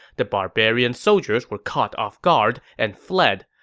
the barbarian soldiers were caught off guard and fled,